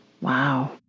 Wow